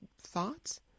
thoughts